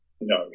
No